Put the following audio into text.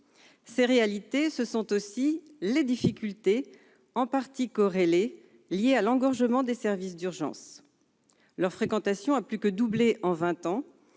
Ces réalités, ce sont aussi les difficultés, en partie corrélées, résultant de l'engorgement des services d'urgence, dont la fréquentation a plus que doublé en vingt ans,